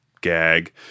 gag